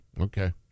Okay